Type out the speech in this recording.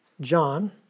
John